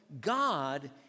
God